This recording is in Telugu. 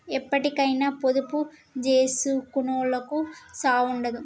ఎప్పటికైనా పొదుపు జేసుకునోళ్లకు సావుండదు